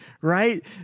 right